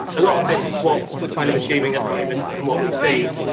a lot of this is what we're kind of assuming at the moment and what we see.